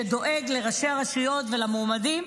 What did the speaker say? שדואג לראשי הרשויות ולמועמדים,